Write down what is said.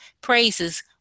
praises